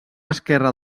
esquerra